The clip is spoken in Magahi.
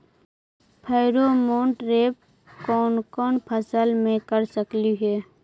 फेरोमोन ट्रैप कोन कोन फसल मे कर सकली हे?